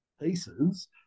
pieces